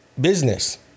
business